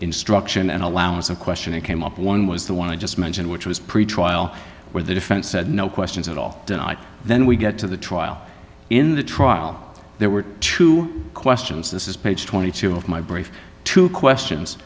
instruction and allowance of questioning came up one was the one i just mentioned which was pretrial where the defense said no questions at all tonight then we get to the trial in the trial there were two questions this is page twenty two of my brief two questions